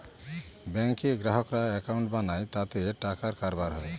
ব্যাঙ্কে গ্রাহকরা একাউন্ট বানায় তাতে টাকার কারবার হয়